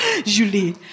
julie